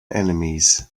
enemies